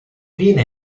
viene